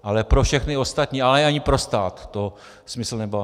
Ale pro všechny ostatní, ale ani pro stát to smysl nemá.